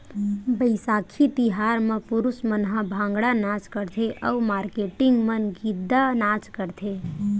बइसाखी तिहार म पुरूस मन ह भांगड़ा नाच करथे अउ मारकेटिंग मन गिद्दा नाच करथे